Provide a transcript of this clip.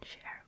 share